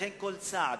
לכן כל צעד,